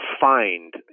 find